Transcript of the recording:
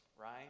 Right